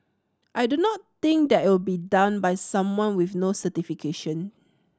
I do not think that will be done by someone with no certification